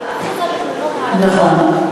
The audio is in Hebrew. הן לא מקבלות לא הגנה ולא טיפול,